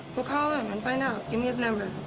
well, call him and find out. give me his number.